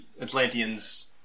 Atlanteans